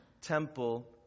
temple